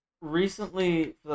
recently